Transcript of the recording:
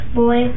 boy